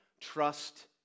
Trust